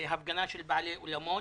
בהפגנה של בעלי אולמות,